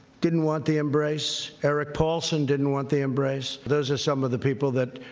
didn't want the embrace. eric paulsen didn't want the embrace. those are some of the people that,